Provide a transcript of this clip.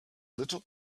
little